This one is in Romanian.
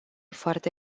foarte